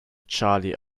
charlie